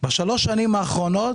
ובשלוש השנים האחרונות